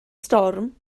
storm